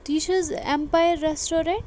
یہِ چھُ حظ ایمپایَر ریسٹورینٛٹ